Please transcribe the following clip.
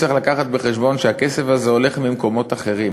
צריך לקחת בחשבון שהכסף הזה הולך ממקומות אחרים.